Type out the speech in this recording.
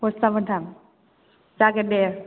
बस्ता मोनथाम जागोन दे